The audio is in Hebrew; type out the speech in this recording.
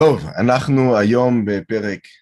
טוב, אנחנו היום בפרק...